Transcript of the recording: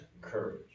courage